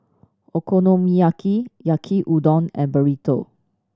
Okonomiyaki Yaki Udon and Burrito